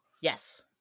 yes